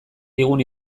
digun